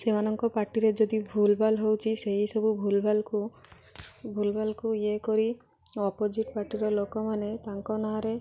ସେମାନଙ୍କ ପାଟିରେ ଯଦି ଭୁଲ୍ ଭାଲ୍ ହେଉଛି ସେଇ ସବୁ ଭୁଲ୍ ଭାଲ୍କୁ ଭୁଲ୍ ଭାଲ୍କୁ ଇଏ କରି ଅପୋଜିଟ୍ ପାର୍ଟିର ଲୋକମାନେ ତାଙ୍କ ନାଁରେ